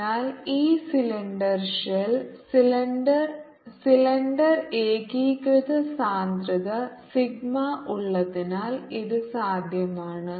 അതിനാൽ ഈ cylinder shell cylinder cylinder ഏകീകൃത സാന്ദ്രത സിഗ്മ ഉള്ളതിനാൽ ഇത് സാധ്യമാണ്